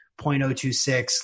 0.026